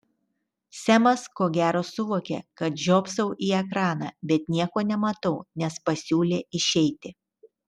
semas ko gero suvokė kad žiopsau į ekraną bet nieko nematau nes pasiūlė išeiti